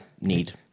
need